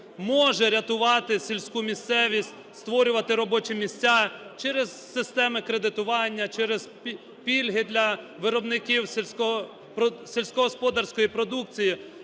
може рятувати сільську місцевість, створювати робочі місця через системи кредитування, через пільги для виробників сільськогосподарської продукції,